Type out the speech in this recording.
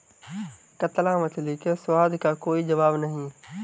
कतला मछली के स्वाद का कोई जवाब नहीं